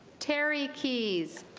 terry keyes